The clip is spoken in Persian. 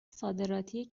صادراتی